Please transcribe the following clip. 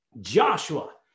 Joshua